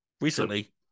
Recently